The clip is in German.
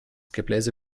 gebläse